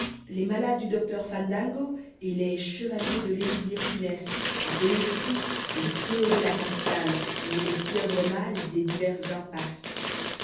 les malades du docteur fandango et les chevaliers de l'élixir funeste appelés aussi les fléaux de la capitale ou les pieuvres mâles des divers impasses